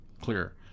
clear